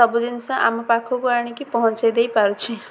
ସବୁ ଜିନିଷ ଆମ ପାଖକୁ ଆଣିକି ପହଞ୍ଚେଇ ଦେଇପାରୁଛି